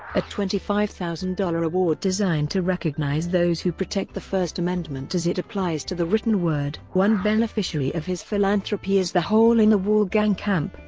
a twenty five thousand dollars reward designed to recognize those who protect the first amendment as it applies to the written word. one beneficiary of his philanthropy is the hole in the wall gang camp,